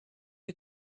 you